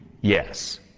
yes